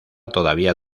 todavía